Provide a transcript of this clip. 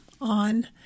on